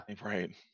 Right